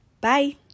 bye